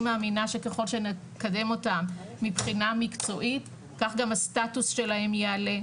אני מאמינה שככל שנקבל אותם מבחינה מקצועית כך גם הסטטוס שלהם יעלה.